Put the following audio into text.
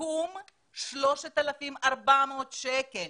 הסכום הוא 3,400 שקלים